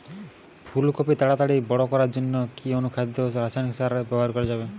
ফুল কপি তাড়াতাড়ি বড় করার জন্য কি অনুখাদ্য ও রাসায়নিক সার ব্যবহার করা যাবে?